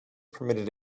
permitted